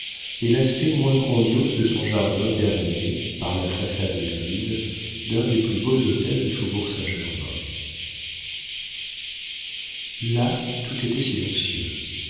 et l'aspect moins grandiose de son jardin terminé par la façade grise d'un des plus beaux hôtels du faubourg saint-germain là tout était silencieux